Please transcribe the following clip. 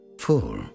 full